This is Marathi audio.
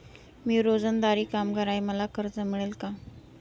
मी रोजंदारी कामगार आहे मला कर्ज मिळेल का?